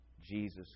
Jesus